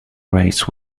race